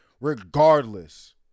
Regardless